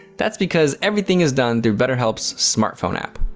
that's because everything is done through betterhelp's smartphone app.